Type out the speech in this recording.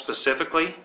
specifically